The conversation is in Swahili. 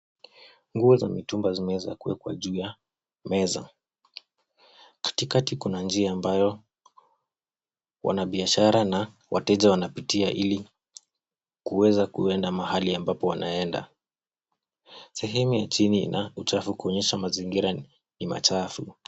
Nguo za mitumba zimeweza kuwekwa juu ya meza, katikati kuna njia ambayo wanabiashara na wateja wanapitia ili kuweza kuenda mahali ambapo wanaenda. Sehemu ya chini ina uchafu kuonyesha mazingira ni machafu.